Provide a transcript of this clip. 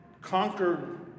conquered